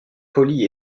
poli